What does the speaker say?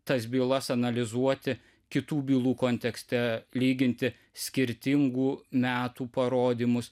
tas bylas analizuoti kitų bylų kontekste lyginti skirtingų metų parodymus